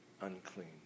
unclean